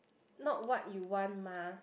not what you want mah